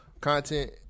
content